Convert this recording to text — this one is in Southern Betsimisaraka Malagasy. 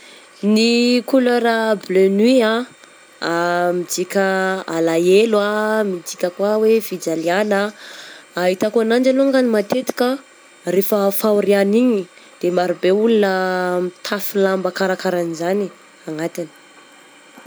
Ny kolera bleu nuit ah, midika alahelo ah, midika koa hoe fijaliagna, ahitako ananjy alongany matetika rehefa fahoriagna igny de maro be olona mitafy lamba karakara anzany anatiny.